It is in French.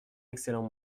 excellent